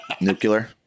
Nuclear